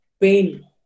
pain